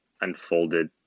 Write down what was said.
unfolded